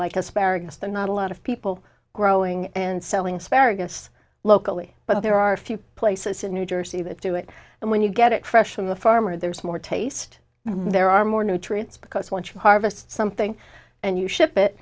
like asparagus the not a lot of people growing and selling speratus locally but there are a few places in new jersey that do it and when you get it fresh from the farmer there's more taste there are more nutrients because once you harvest something and you ship it